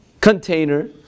container